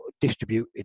distributed